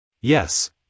Yes